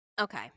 Okay